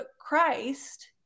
Christ